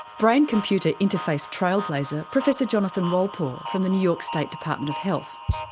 brain computer interface trail blazer professor jonathan wolpaw from the new york state department of health.